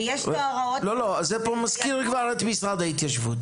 ויש בהוראות --- מה שהבאתם לפה כבר מזכיר את משרד ההתיישבות,